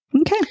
Okay